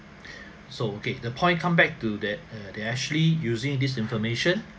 so okay the point comeback to that err they actually using this information